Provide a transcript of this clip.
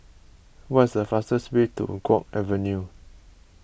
what is the fastest way to Guok Avenue